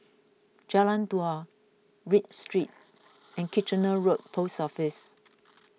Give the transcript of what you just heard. Jalan Dua Read Street and Kitchener Road Post Office